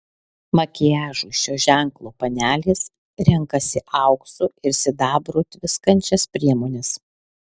makiažui šio ženklo panelės renkasi auksu ir sidabru tviskančias priemones